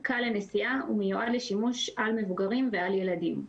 קל לנשיאה ומיועד לשימוש על מבוגרים ועל ילדים."